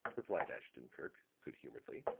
replied ashton-kirk, good-humoredly.